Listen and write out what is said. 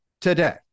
today